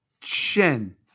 Chen